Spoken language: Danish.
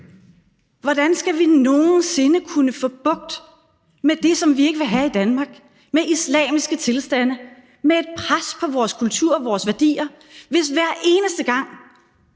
Hvordan skal vi nogen sinde kunne få bugt med det, som vi ikke vil have i Danmark, med islamiske tilstande, med et pres på vores kultur og vores værdier, hvis det, hver eneste gang